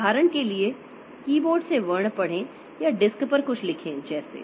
उदाहरण के लिए कीबोर्ड से वर्ण पढ़ें या डिस्क पर कुछ लिखें जैसे